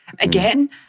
Again